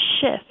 shift